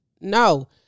No